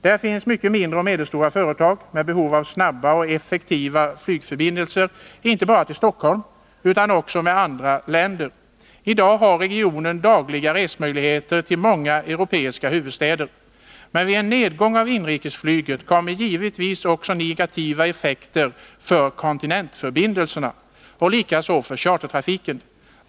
Där finns många mindre och medelstora företag med behov av snabba och effektiva flygförbindelser, inte bara till Stockholm utan också med andra länder. I dag har regionen dagliga resemöjligheter till många europeiska huvudstäder. Men med en nedgång av inrikesflyget följer givetvis också negativa effekter för kontinentförbindelserna och likaså för chartertrafiken.